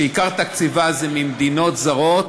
שעיקר תקציבה זה ממדינות זרות,